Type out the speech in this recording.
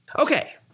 Okay